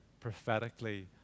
prophetically